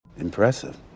Impressive